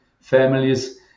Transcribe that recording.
families